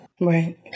Right